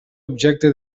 objecte